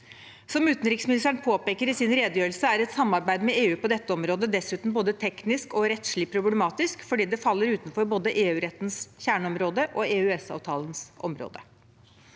Som utenriksministeren påpeker i sin redegjørelse, er et samarbeid med EU på dette området dessuten både teknisk og rettslig problematisk, fordi det faller utenfor både EUrettens kjerneområde og EØS-avtalens område.